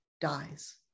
dies